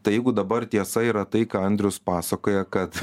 tai jeigu dabar tiesa yra tai ką andrius pasakoja kad